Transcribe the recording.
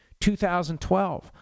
2012